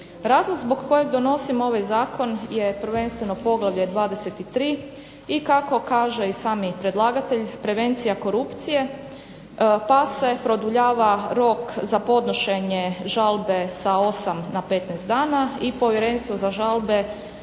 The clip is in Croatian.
Razlog zbog kojeg donosimo ovaj zakon je prvenstveno poglavlje 23 i kako kaže i sami predlagatelj prevencija korupcije pa se produljava rok za podnošenje žalbe sa 8 na 15 dana i Povjerenstvo za žalbe